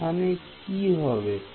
এখানে কি হবে